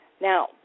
Now